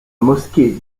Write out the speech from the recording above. mosquée